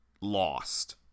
lost